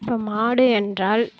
இப்போ மாடு என்றால்